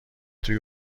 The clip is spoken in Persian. توی